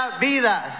vidas